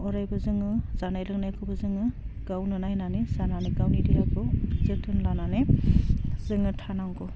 अरायबो जोङो जानाय लोंनायखौबो जोङो गावनो नायनानै जानानै गावनि देहाखौ जोथोन लानानै जोङो थानांगौ